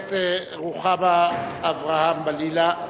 הכנסת רוחמה אברהם-בלילא.